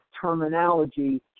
terminology